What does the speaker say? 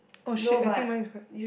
oh shit I think mine is quite